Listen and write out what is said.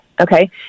okay